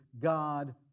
God